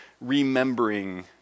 remembering